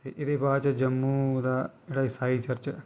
ते एह्दे बाद च जम्मू दा जेह्ड़ा ईसाई चर्च